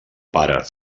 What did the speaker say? pare